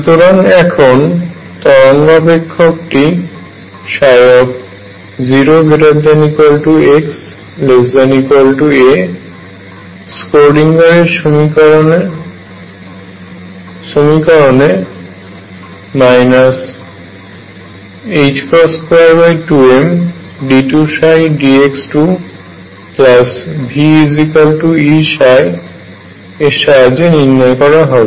সুতরাং এখন তরঙ্গ অপেক্ষকটি 0≤x≤a স্ক্রোডিঙ্গারের সমীকরণSchrödinger equation 22md2dxVEψ l এর সাহায্যে নির্ণয় করা হবে